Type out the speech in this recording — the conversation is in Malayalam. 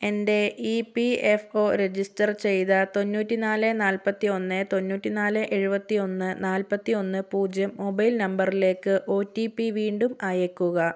എൻ്റെ E P F O register ചെയ്ത തൊണ്ണൂറ്റി നാല് നാൽപത്തി ഒന്ന് തൊണ്ണൂറ്റി നാല് എഴുപത്തി ഒന്ന് നാൽപത്തി ഒന്ന് പൂജ്യം മൊബൈൽ നമ്പറിലേക്ക് ഒ റ്റി പി വീണ്ടും അയയ്ക്കുക